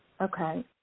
Okay